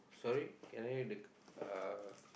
sorry cannot hear the uh